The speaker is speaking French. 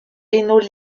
hainaut